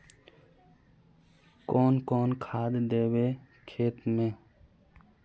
कौन कौन खाद देवे खेत में?